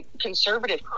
conservative